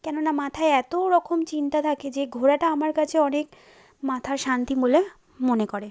কেননা মাথায় এতো রকম চিন্তা থাকে যে ঘোরাটা আমার কাছে অনেক মাথা শান্তি বলে মনে করে